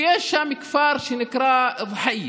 ויש שם כפר שנקרא דחייה.